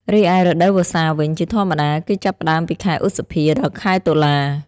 រីឯរដូវវស្សាវិញ ជាធម្មតាគឺចាប់ផ្ដើមពីខែឧសភា ដល់ខែតុលា។